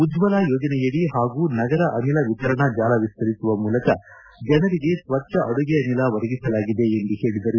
ಉಜ್ವಲ ಯೋಜನೆಯಡಿ ಹಾಗೂ ನಗರ ಅನಿಲ ವಿತರಣಾ ಜಾಲ ವಿಸ್ತರಿಸುವ ಮೂಲಕ ಜನರಿಗೆ ಸ್ವಚ್ಚ ಅಡುಗೆ ಅನಿಲ ಒದಗಿಸಲಾಗಿದೆ ಎಂದು ಹೇಳಿದರು